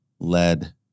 led